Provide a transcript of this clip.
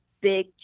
big